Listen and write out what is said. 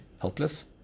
helpless